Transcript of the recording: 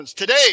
Today